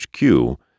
HQ